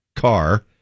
car